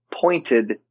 pointed